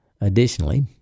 Additionally